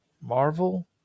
Marvel